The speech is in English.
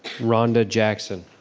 rhonda jackson.